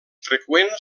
freqüent